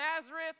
Nazareth